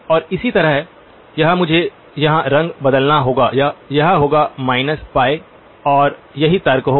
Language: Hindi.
और इसी तरह यह मुझे यहां रंग बदलना होगा यह होगा π और यही तर्क होगा